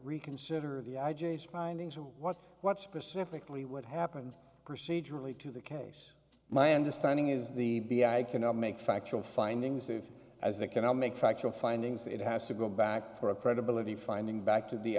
reconsider the i j a findings what what specifically what happened procedurally to the case my understanding is the be i cannot make factual findings as they cannot make factual findings it has to go back to a credibility finding back to the